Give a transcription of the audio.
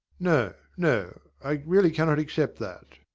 no, no i really cannot accept that.